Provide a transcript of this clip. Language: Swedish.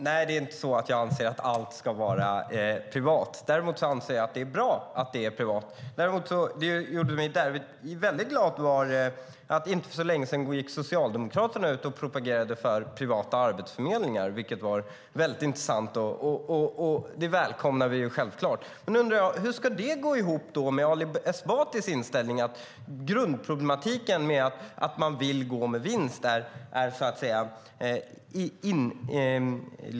Fru talman! Nej, jag anser inte att allt ska vara privat. Däremot anser jag att det är bra att det är privat. Något som gjorde mig väldigt glad var att Socialdemokraterna för inte så länge sedan gick ut och propagerade för privata arbetsförmedlingar. Det var intressant, och det välkomnar vi självfallet. Men jag undrar hur det ska gå ihop med Ali Esbatis inställning att grundproblematiken är att man vill gå med vinst.